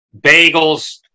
bagels